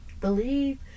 Believe